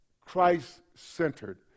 Christ-centered